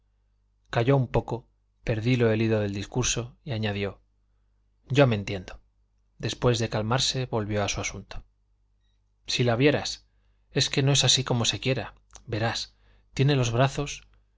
calló un poco perdido el hilo del discurso y añadió yo me entiendo después de calmarse volvió a su asunto si la vieras es que no es así como se quiera verás tiene los brazos